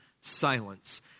silence